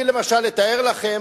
אני למשל אתאר לכם,